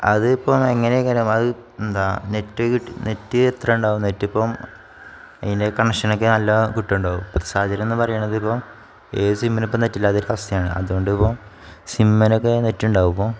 അതിപ്പം എങ്ങനെയെങ്കിലും അത് എന്താ നെറ്റ് കിട്ടി നെറ്റ് എത്ര ഉണ്ടാകും നെറ്റിപ്പം അതിൻ്റെ കണക്ഷനൊക്കെ നല്ല കിട്ടുന്നുണ്ടാകും ഇത് സാഹചര്യം എന്നു പറയുന്നത് ഇപ്പം ഏതു സിമ്മിനിപ്പം നെറ്റില്ലാത്തൊരവസ്ഥയാണ് അതു കൊണ്ടിപ്പം സിമ്മിലൊക്കെ നെറ്റ് ഉണ്ടാകുമോ ഇപ്പം